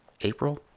April